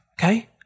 Okay